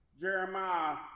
Jeremiah